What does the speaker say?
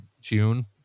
June